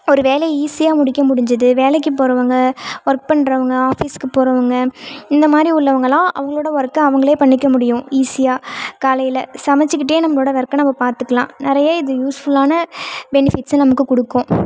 ஒரு வேலையை ஈஸியாக முடிக்க முடிஞ்சிது வேலைக்கு போகிறவங்க ஒர்க் பண்ணுறவங்க ஆஃபிஸுக்கு போகிறவங்க இந்த மாதிரி உள்ளவங்கள்லாம் அவங்களோட ஒர்க்கை அவர்களே பண்ணிக்க முடியும் ஈஸியாக காலையில் சமைச்சுக்கிட்டே நம்மளோட ஒர்க்கை நம்ம பார்த்துக்கலாம் நிறைய இது யூஸ்ஃபுல்லான பெனிஃபிட்ஸை நமக்கு கொடுக்கும்